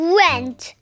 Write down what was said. went